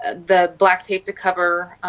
ah the black tape to cover